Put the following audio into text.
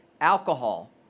alcohol